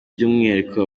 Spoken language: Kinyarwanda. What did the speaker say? by’umwihariko